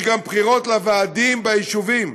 יש גם בחירות לוועדים ביישובים,